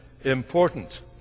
important